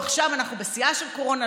עכשיו אנחנו בשיאה של קורונה,